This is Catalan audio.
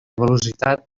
velocitat